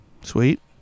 Sweet